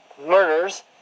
murders